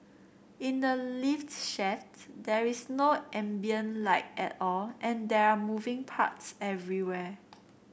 in the lift shafts there is no ambient light at all and there are moving parts everywhere